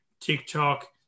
TikTok